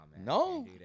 No